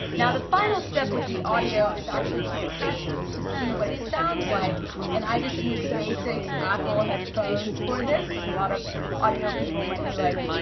now the final step with the audio is actually to test to see what sounds like and i just use basic apple headphones for this, which a lot of audio people might be like,